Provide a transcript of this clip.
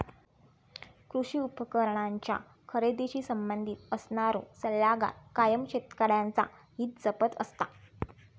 कृषी उपकरणांच्या खरेदीशी संबंधित असणारो सल्लागार कायम शेतकऱ्यांचा हित जपत असता